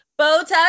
Botox